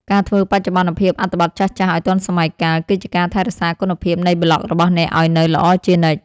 ការធ្វើបច្ចុប្បន្នភាពអត្ថបទចាស់ៗឱ្យទាន់សម័យកាល គឺជាការថែរក្សាគុណភាពនៃប្លក់របស់អ្នកឱ្យនៅល្អជានិច្ច។